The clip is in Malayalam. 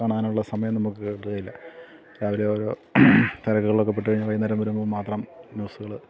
കാണാനുള്ള സമയം നമുക്ക് കിട്ടുകയില്ല രാവിലെ ഓരോ തിരക്കുകളിലൊക്കെ പെട്ടു കഴിഞ്ഞാൽ വൈകുന്നേരം വരുമ്പോൾ മാത്രം ന്യൂസുകൾ